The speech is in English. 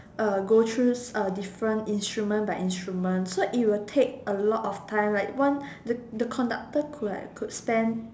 uh go through uh different instrument by instrument so it will take a lot of time like one the the conductor could like could spend